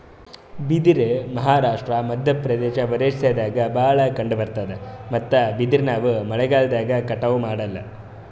ಬಿದಿರ್ ಮಹಾರಾಷ್ಟ್ರ, ಮಧ್ಯಪ್ರದೇಶ್, ಒರಿಸ್ಸಾದಾಗ್ ಭಾಳ್ ಕಂಡಬರ್ತಾದ್ ಮತ್ತ್ ಬಿದಿರ್ ನಾವ್ ಮಳಿಗಾಲ್ದಾಗ್ ಕಟಾವು ಮಾಡಲ್ಲ